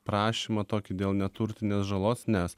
prašymą tokį dėl neturtinės žalos nes